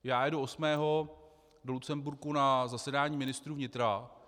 Já jedu osmého do Lucemburku na zasedání ministrů vnitra.